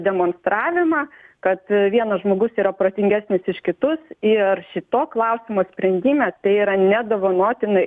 demonstravimą kad vienas žmogus yra protingesnis iš kitus ir šito klausimo sprendime tai yra nedovanotina